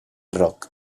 roc